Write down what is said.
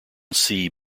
sea